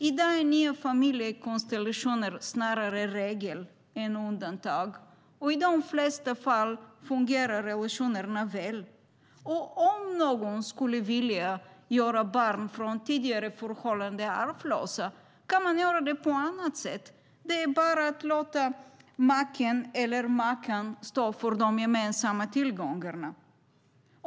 I dag är nya familjekonstellationer snarare regel än undantag, och i de flesta fall fungerar relationerna väl. Om någon skulle vilja göra barn från tidigare förhållanden arvlösa kan den göra det på annat sätt. Det är bara att låta maken eller makan stå för de gemensamma tillgångarna.